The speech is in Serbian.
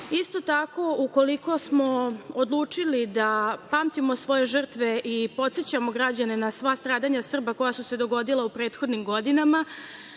tako, ukoliko smo odlučili da pamtimo svoje žrtve i podsećamo građane na sva stradanja Srba koja su se dogodila u prethodnim godinama,